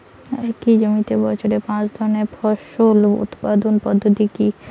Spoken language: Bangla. একই জমিতে বছরে পাঁচ ধরনের ফসল উৎপাদন পদ্ধতি কী?